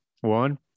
one